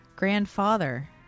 Grandfather